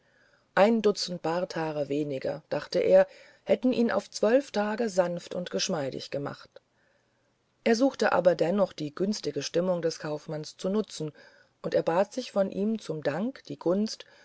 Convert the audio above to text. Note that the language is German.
ein dutzend barthaare weniger dachte er hätten ihn auf zwölf tage sanft und geschmeidig gemacht er suchte aber dennoch die günstige stimmung des kaufmanns zu benutzen und erbat sich von ihm zum dank die gunst